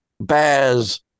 Baz